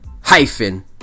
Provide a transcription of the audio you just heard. hyphen